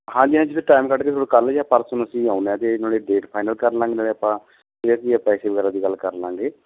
ਹਾਂਜੀ ਹਾਂਜੀ sir time ਕੱਢ ਕੇ ਕੱਲ੍ਹ ਜਾਂ ਪਰਸੋਂ ਨੂੰ ਅਸੀਂ ਆਉਂਦੇ ਹਾਂ ਅਤੇ ਨਾਲੇ ਡੇਟ ਫਾਈਨਲ ਕਰ ਲਾਂਗੇ ਨਾਲੇ ਆਪਾਂ ਫਿਰ ਕੀ ਆ ਪੈਸੇ ਵਗੈਰਾ ਦੀ ਗੱਲ ਕਰ ਲਾਂਗੇ